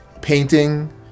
painting